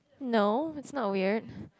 no it's not weird